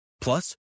Plus